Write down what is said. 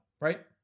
right